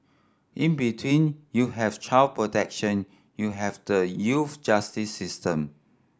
in between you have child protection you have the youth justice system